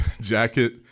jacket